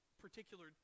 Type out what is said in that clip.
particular